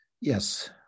yes